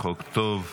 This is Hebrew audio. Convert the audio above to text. חוק טוב.